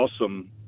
awesome